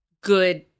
good –